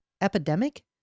epidemic